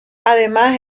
además